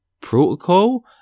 protocol